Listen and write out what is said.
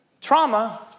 Trauma